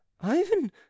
ivan